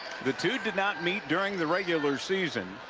the two did not meet during the regular season